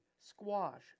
squash